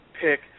pick